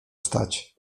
stać